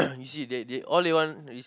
you see they they all they want